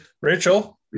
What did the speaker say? Rachel